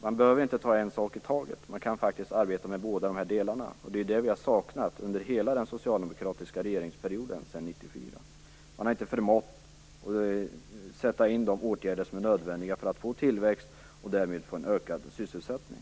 Man behöver inte ta en sak i taget, utan man kan faktiskt arbeta med båda de här delarna. Det är det vi har saknat under hela den socialdemokratiska regeringsperioden sedan 1994. Regeringen har inte förmått sätta in de åtgärder som är nödvändiga för att få tillväxt och därmed en ökad sysselsättning.